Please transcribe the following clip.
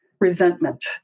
resentment